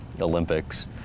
Olympics